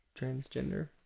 transgender